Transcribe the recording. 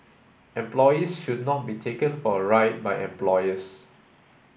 employees should not be taken for a ride by employers